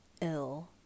ill